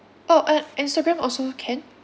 oh on Instagram also can